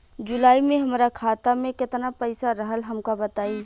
जुलाई में हमरा खाता में केतना पईसा रहल हमका बताई?